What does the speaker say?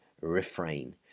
refrain